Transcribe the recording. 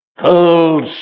cold